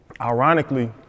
ironically